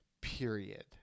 period